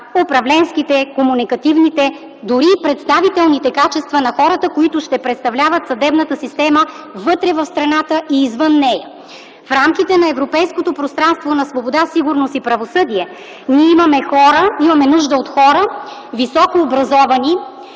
управленските, комуникативните, дори и представителните качества на хората, които ще представляват съдебната система вътре в страната и извън нея. В рамките на Европейското пространство на свобода, сигурност и правосъдие имаме нужда от хора, високо образовани,